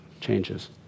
changes